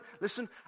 listen